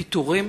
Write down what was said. פיטורים?